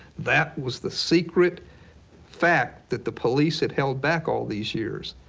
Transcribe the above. that was the secret fact that the police had held back all these years.